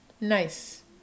Nice